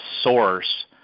source